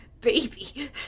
baby